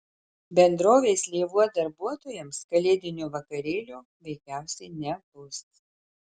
bendrovės lėvuo darbuotojams kalėdinio vakarėlio veikiausiai nebus